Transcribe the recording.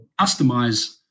customize